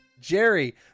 Jerry